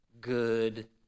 good